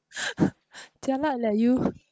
jialat leh you